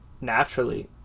naturally